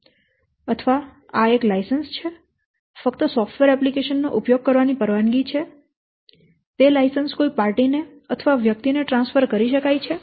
અથવા આ એક લાઇસન્સ છે ફક્ત સોફ્ટવેર એપ્લિકેશન નો ઉપયોગ કરવાની પરવાનગી છે તે લાઇસન્સ કોઈ પાર્ટી ને અથવા વ્યક્તિ ને ટ્રાન્સફર કરી શકાય છે